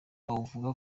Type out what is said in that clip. uwavuga